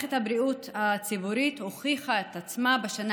מערכת הבריאות הציבורית הוכיחה את עצמה בשנה